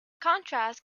contrast